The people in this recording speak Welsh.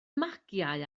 magiau